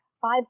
five